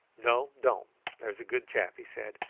no, don't there's a good chap, he said,